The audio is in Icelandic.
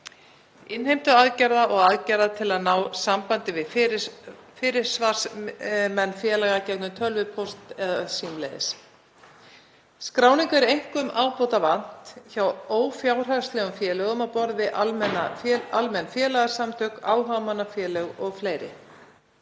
innheimtuaðgerða og aðgerða til að ná sambandi við fyrir fyrirsvarsmenn félaga í gegnum tölvupóst eða símleiðis. Skráningu er einkum ábótavant hjá ófjárhagslegum félögum á borð við almenn félagasamtök, áhugamannafélög og fleiri.